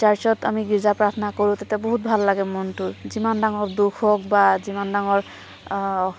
চাৰ্ছত আমি গীৰ্জা প্ৰাৰ্থনা কৰোঁ তেতিয়া বহুত ভাল লাগে মনটো যিমান ডাঙৰ দুখ হওক বা যিমান ডাঙৰ